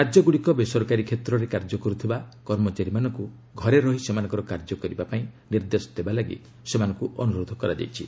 ରାଜ୍ୟଗ୍ରଡ଼ିକ ବେସରକାରୀ କ୍ଷେତ୍ରରେ କାର୍ଯ୍ୟ କର୍ତ୍ତିବା କର୍ମଚାରୀମାନଙ୍କ ଘରେ ରହି ସେମାନଙ୍କ କାର୍ଯ୍ୟ କରିବା ପାଇଁ ନିର୍ଦ୍ଦେଶ ଦେବାକୁ ସେମାନଙ୍କୁ ଅନୁରୋଧ କରାଯାଇଛି